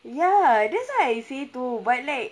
ya that's what I say too but like